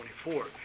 24